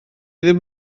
ddim